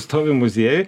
stovi muziejuj